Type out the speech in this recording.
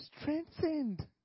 strengthened